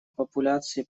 популяции